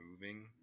moving